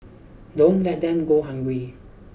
don't let them go hungry